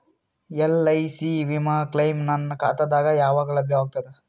LIC ವಿಮಾ claim ನನ್ನ ಖಾತಾಗ ಯಾವಾಗ ಲಭ್ಯವಾಗತದ?